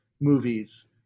movies